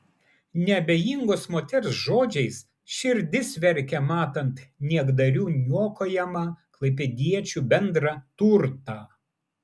neabejingos moters žodžiais širdis verkia matant niekdarių niokojamą klaipėdiečių bendrą turtą